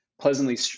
pleasantly